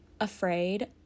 afraid